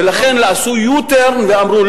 ולכן עשו U-turn ואמרו,